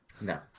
No